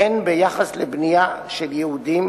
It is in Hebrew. הן ביחס לבנייה של יהודים